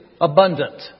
abundant